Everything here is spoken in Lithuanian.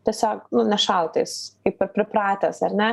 tiesiog nu nešalta jis taip pripratęs ar ne